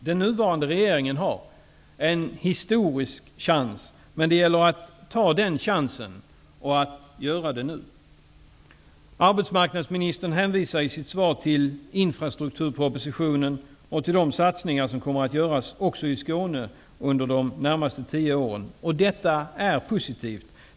Den nuvarande regeringen har en historisk chans, men det gäller att ta den chansen och att göra det nu. Arbetsmarknadsministern hänvisar i sitt svar till infrastrukturpropositionen och till de satsningar som kommer att göras även i Skåne under de närmaste tio åren. Detta är positivt.